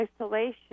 isolation